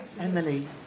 Emily